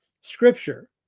scripture